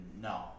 no